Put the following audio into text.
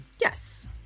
Yes